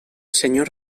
senyor